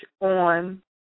on